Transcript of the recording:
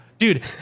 Dude